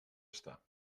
estar